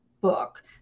book